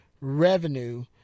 revenue